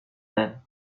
même